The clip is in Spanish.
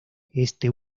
este